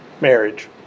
marriage